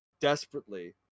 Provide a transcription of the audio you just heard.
desperately